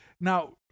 now